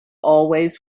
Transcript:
always